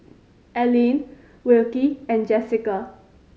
Alline Wilkie and Jessica